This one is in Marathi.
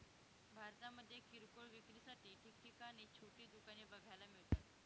भारतामध्ये किरकोळ विक्रीसाठी ठिकठिकाणी छोटी दुकाने बघायला मिळतात